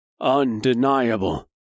undeniable